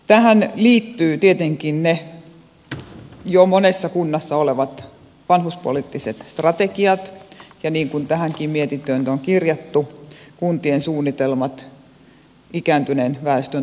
tähän liittyvät tietenkin ne jo monessa kunnassa olevat vanhuspoliittiset strategiat ja niin kuin tähänkin mietintöön on kirjattu kuntien suunnitelmat ikääntyneen väestön tukemiseksi